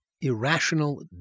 irrational